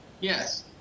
Yes